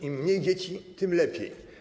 Im mniej dzieci, tym lepiej.